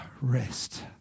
rest